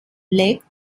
legt